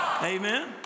Amen